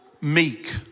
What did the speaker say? meek